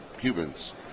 Cubans